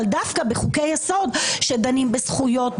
אבל דווקא בחוקי-יסוד שדנים בזכויות,